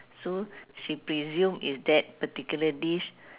so she presume is that particular dish